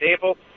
table